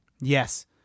Yes